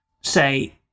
say